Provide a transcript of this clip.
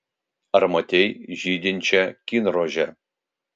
ar matei žydinčią kinrožę